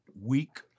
week